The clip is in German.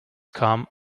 kam